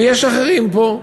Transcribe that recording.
ויש אחרים פה,